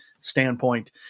standpoint